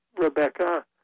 Rebecca